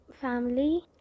family